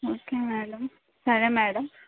okay madam సరే madam